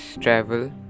travel